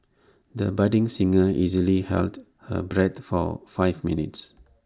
the budding singer easily held her breath for five minutes